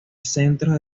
centros